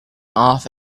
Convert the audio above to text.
off